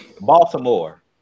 Baltimore